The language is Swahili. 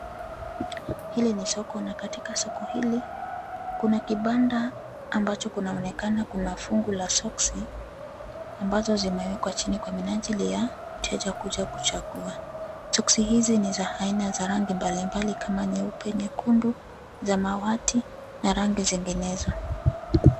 Hili ni soko na katika soko hili kuna kibanda ambacho kunaonekana kuna fungu la soksi, ambazo zimewekwa chini kwa minajili ya mteja kuja kuchagua. Soksi hizi ni za aina za rangi mbali mbali kama nyeupe, nyekundu, samawati na rangi zinginezo.